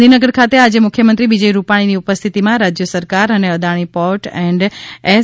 ગાંધીનગર ખાતે આજે મુખ્યમંત્રી વિજય રૂપાણીની ઉપસ્થિતીમાં રાજ્ય સરકાર અને અદાણી પોર્ટ એન્ડ એસ